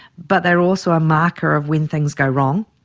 but they are also a marker of when things go wrong.